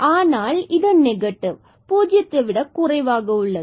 ஆனால் இது நெகட்டிவ் பூஜ்ஜியத்தை விட குறைவாக உள்ளது